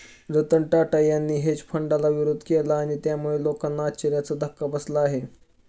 रतन टाटा यांनी हेज फंडाला विरोध केला आणि त्यामुळे लोकांना आश्चर्याचा धक्का बसला आहे